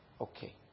Okay